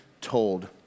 told